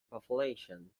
population